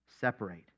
separate